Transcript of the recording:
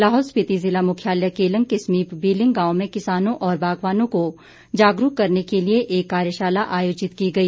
लाहौल स्पिति जिला मुख्यालय केलंग के समीप विलिंग गांव में किसानों और बागवानों को जागरूक करने के लिए एक कार्यशाला आयोजित की गई